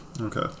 Okay